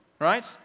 Right